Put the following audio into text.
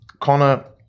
Connor